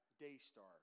Daystar